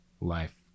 life